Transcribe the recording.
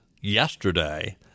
yesterday